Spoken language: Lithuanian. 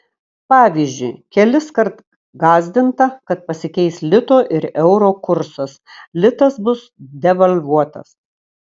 pavyzdžiui keliskart gąsdinta kad pasikeis lito ir euro kursas litas bus devalvuotas